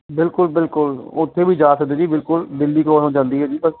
ਬਿਲਕੁਲ ਬਿਲਕੁਲ ਉੱਥੇ ਵੀ ਜਾ ਸਕਦੇ ਜੀ ਬਿਲਕੁਲ ਦਿੱਲੀ ਕੋਲੋਂ ਜਾਂਦੀ ਹੈ ਜੀ